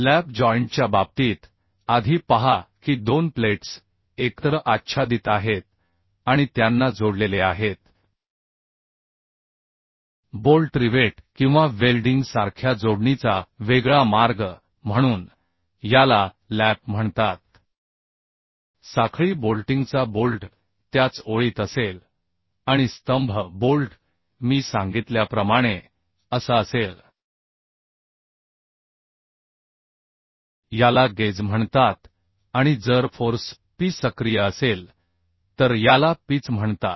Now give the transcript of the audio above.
lap जॉइंटच्या बाबतीत आधी पहा की दोन प्लेट्स एकत्र आच्छादित आहेत आणि त्यांना जोडलेले आहेत बोल्ट रिवेट किंवा वेल्डिंग सारख्या जोडणीचा वेगळा मार्ग म्हणून याला लॅप म्हणतात साखळी बोल्टिंगचा बोल्ट त्याच ओळीत असेल आणि स्तंभ बोल्ट मी सांगितल्याप्रमाणे असा असेल याला गेज म्हणतात आणि जर फोर्स पी सक्रिय असेल तर याला पिच म्हणतात